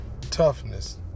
Toughness